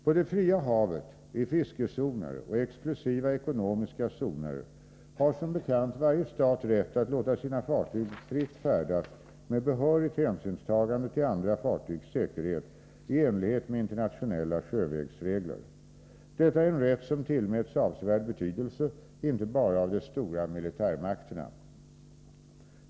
På det fria havet, i fiskezoner och exklusiva ekonomiska zoner har som bekant varje stat rätt att låta sina fartyg fritt färdas med behörigt hänsynstagande till andra fartygs säkerhet i enlighet med internationella sjövägsregler. Detta är en rätt som tillmäts avsevärd betydelse inte bara av de stora militärmakterna.